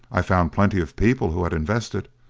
i found plenty of people who had invested,